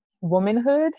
womanhood